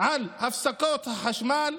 על הפסקות החשמל,